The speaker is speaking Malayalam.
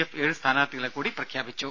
എഫ് ഏഴ് സ്ഥാനാർഥികളെ കൂടി പ്രഖ്യാപിച്ചു